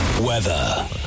Weather